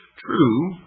true,